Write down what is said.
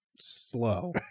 Slow